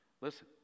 listen